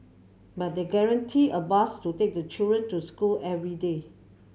but they guaranteed a bus to take the children to school every day